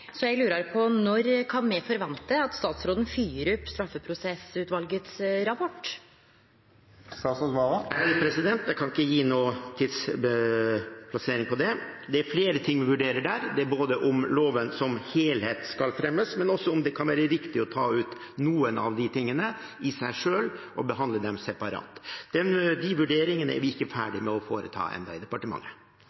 så eg lurer på når me kan forvente at statsråden følgjer opp rapporten frå straffeprosessutvalet. Jeg kan ikke gi noen tidsfrist for det. Det er flere ting vi vurderer der. Det er både om loven som helhet skal fremmes, og også om det kan være riktig å ta ut noen av disse tingene og behandle dem separat. De vurderingene er vi ennå ikke